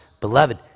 Beloved